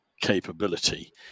capability